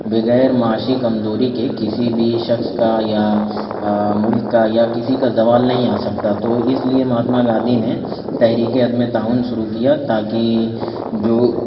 بغیر معاشی کمزوری کے کسی بھی شخص کا یا ملک کا یا کسی کا زوال نہیں آ سکتا تو اس لیے مہاتما گاندھی نے تحریکِ عدمِ تعاون شروع کیا تاکہ جو